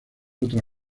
otra